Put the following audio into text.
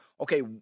okay